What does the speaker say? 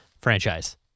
franchise